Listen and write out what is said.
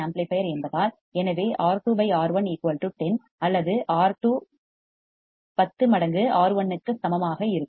எனவே R2 R 1 10 அல்லது R2 10 மடங்கு R1 க்கு சமமாக இருக்கும்